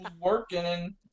working